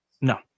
no